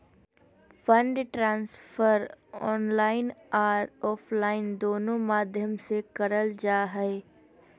fund transfer online आर offline दोनों माध्यम से करल जा हय